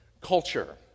culture